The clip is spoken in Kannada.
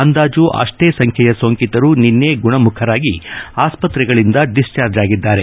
ಅಂದಾಜು ಅಷ್ಟೇ ಸಂಖ್ಯೆಯ ಸೋಂಕಿತರು ನಿನ್ನೆ ಗುಣಮುಖರಾಗಿ ಆಸ್ಸತ್ರೆಗಳಿಂದ ಡಿಸ್ಟಾರ್ಜ್ ಆಗಿದ್ದಾರೆ